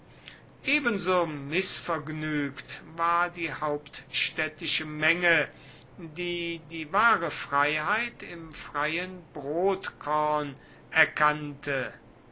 ebenso mißvergnügt war die hauptstädtische menge die die wahre freiheit im freien brotkorn erkannte